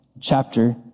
chapter